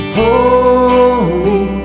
holy